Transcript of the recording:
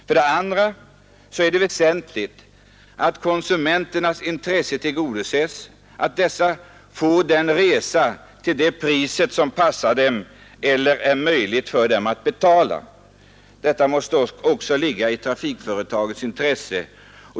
För det andra är det väsentligt att konsumenternas intresse tillgodoses, så att de får sina resor till priser som passar dem eller som det är möjligt för dem att betala. Detta måste också ligga i trafikföretagets intresse.